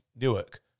Newark